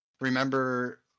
remember